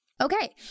Okay